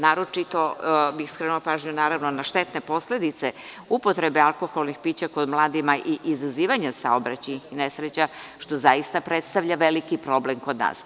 Naročito bih skrenula pažnju naravno na štetne posledice upotrebe alkoholnih pića kod mladih i izazivanja saobraćajnih nesreća, što zaista predstavlja veliki problem kod nas.